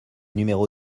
numéro